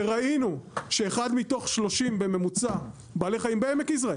וראינו שאחד מתוך 30 בממוצע בעלי חיים בעמק יזרעאל,